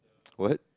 what